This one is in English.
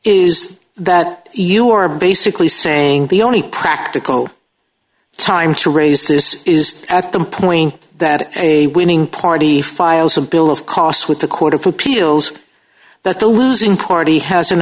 is that you are basically saying the only practical time to raise this is at the point that a winning party files a bill of costs with the court of appeals that the losing party has an